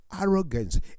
arrogance